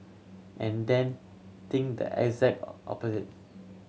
and then think the exact opposites